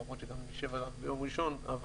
למרות שגם נשב ביום ראשון,